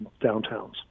downtowns